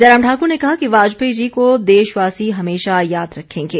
जयराम ठाक्र ने कहा कि वाजपेयी जी को देशवासी हमेशा याद रखेंगे